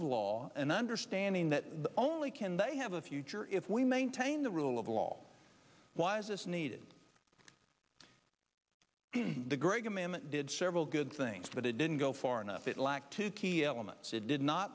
of law and understanding that the only can they have a future if we maintain the rule of law why is this needed the great commandment did several good things but it didn't go far enough it lacked two key elements it did not